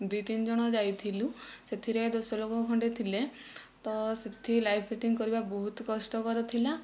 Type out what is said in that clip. ଦୁଇ ତିନି ଜଣ ଯାଇଥିଲୁ ସେଥିରେ ଦଶ ଲୋକ ଖଣ୍ଡେ ଥିଲେ ତ ସେଠି ଲାଇଭ୍ ପେଣ୍ଟିଙ୍ଗ୍ କରିବା ବହୁତ କଷ୍ଟକର ଥିଲା